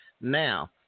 Now